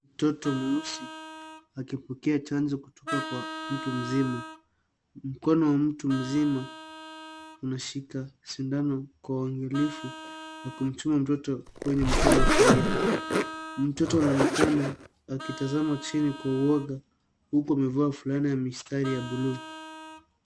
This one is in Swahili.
Mtoto mweusi akipokea chanjo kutoka kwa mtu mzima. Mkono wa mtu mzima unashika sindano kwa uangalifu na kumchoma mtoto kwenye mkono wa kulia. Mtoto anaonekana akitazama chini kwa uwoga huku amevaa fulana ya mistari ya buluu.